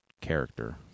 character